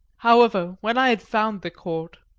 however, when i had found the court,